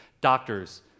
doctors